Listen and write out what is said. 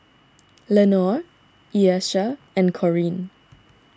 Lenore Ieshia and Corine